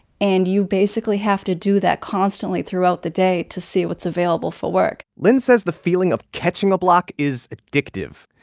and you basically have to do that constantly throughout the day to see what's available for work lynne says the feeling of catching a block is addictive,